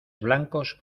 blancos